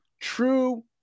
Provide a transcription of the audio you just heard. True